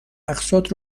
اقساط